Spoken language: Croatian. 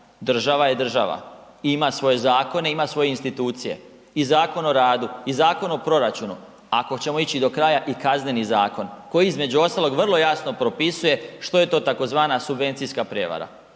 država je država, ima svoje zakone, ima svoje institucije i Zakon o radu i Zakon o proračunu, ako ćemo ići do kraja i Kazneni zakon koji između ostalog vrlo jasno propisuje što je to tzv. subvencijska prevara